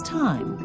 time